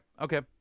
okay